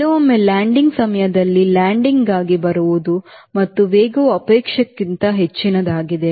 ಕೆಲವೊಮ್ಮೆ ಲ್ಯಾಂಡಿಂಗ್ ಸಮಯದಲ್ಲಿ ಲ್ಯಾಂಡಿಂಗ್ಗೆ ಬರುವುದು ಮತ್ತು ವೇಗವು ಅಪೇಕ್ಷೆಗಿಂತ ಹೆಚ್ಚಿನದಾಗಿದೆ